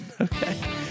okay